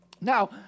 Now